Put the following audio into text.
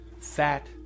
fat